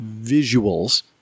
visuals